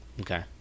Okay